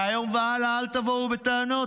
מהיום והלאה אל תבואו בטענות.